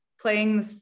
playing